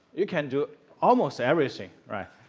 you can do almost everything.